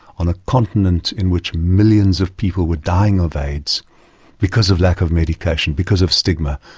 on a continent in which millions of people were dying of aids because of lack of medication, because of stigma,